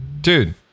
Dude